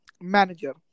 manager